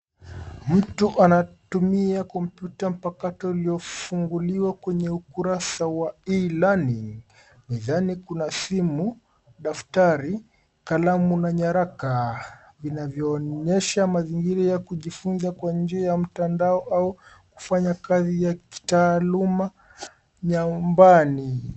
Mtu anatumia kompyuta mpakato iliyofunguliwa kwenye ukurasa wa e-learning .Mezani kuna simu, daftari, kalamu na nyaraka vinavyoonyesha mazingira ya kujifunza kwa njia ya mtandao au kufanya kazi ya kitaaluma nyumbani.